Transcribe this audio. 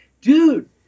dude